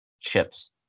chips